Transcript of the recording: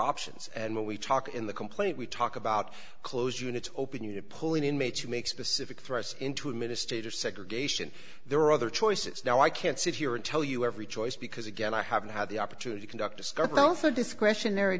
options and when we talk in the complaint we talk about close units open unit pulling inmates who make specific threats into administrative segregation there are other choices now i can't sit here and tell you every choice because again i haven't had the opportunity conduct discovery also discretionary